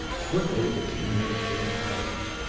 quickly the two men exchanged places.